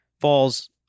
falls